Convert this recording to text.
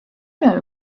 know